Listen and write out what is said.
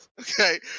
okay